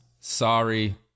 sorry